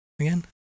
again